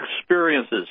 experiences